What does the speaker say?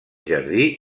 jardí